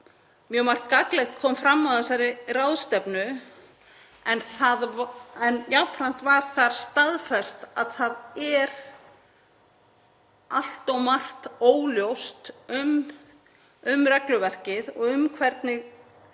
mjög margt gagnlegt kom fram á þessari ráðstefnu en jafnframt var þar staðfest að það er allt of margt óljóst um regluverkið og hvernig